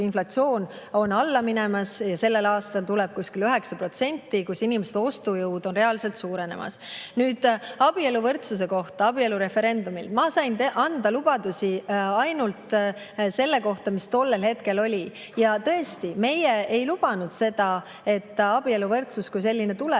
on alla minemas ja on sellel aastal kuskil 9%. Inimeste ostujõud on reaalselt suurenemas. Nüüd abieluvõrdsuse, abielureferendumi kohta. Ma sain anda lubadusi ainult selle kohta, mis tollel hetkel oli. Tõesti, meie ei lubanud seda, et abieluvõrdsus kui selline tuleb,